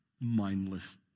mindless